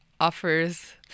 offers